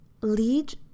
lead